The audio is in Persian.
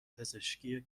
پزشکی